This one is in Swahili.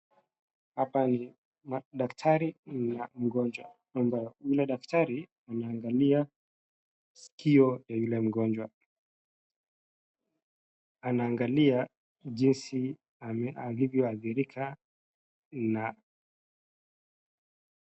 Hapa ni daktari na mgonjwa. Ambaye ule daktari anaangalia sikio ya yule mgonjwa. Anaangalia jinsi alivyoathirika na.